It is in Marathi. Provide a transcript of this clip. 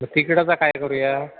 तिकिटाचा काय करू या